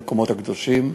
המקומות הקדושים,